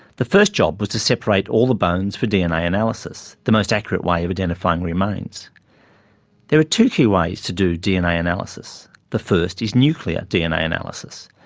the first job was to separate all the bones for dna analysis the most accurate way of identifying remains. now there are two key ways to do dna analysis. the first is nuclear dna analysis,